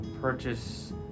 purchase